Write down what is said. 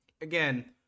again